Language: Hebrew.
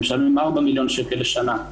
הם משלמים ארבעה מיליון שקל לשנה.